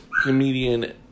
comedian